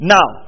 Now